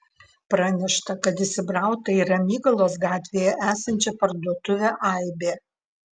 pranešta kad įsibrauta į ramygalos gatvėje esančią parduotuvę aibė